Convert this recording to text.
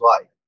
life